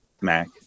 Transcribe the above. Mac